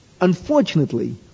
unfortunately